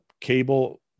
cable